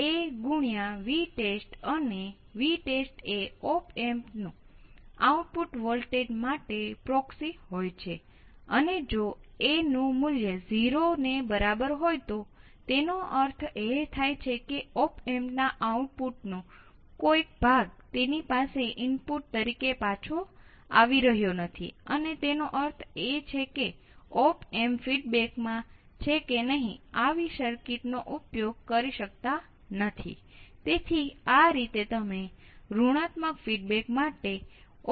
એ જ રીતે બીજા પુરવઠા વોલ્ટેજ નું સંચાલન કરવું પણ શક્ય હોય છે